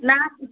ನಾಲ್ಕು